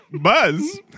Buzz